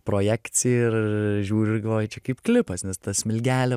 projekcija ir žiūriu ir galvoju čia kaip klipas nes ta smilgelė